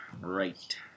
Right